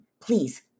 please